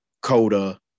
Coda